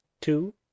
Two